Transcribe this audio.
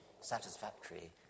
satisfactory